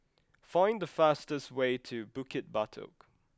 find the fastest way to Bukit Batok